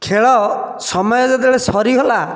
ଖେଳ ସମୟ ଯେତେବେଳେ ସରିଗଲା